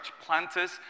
planters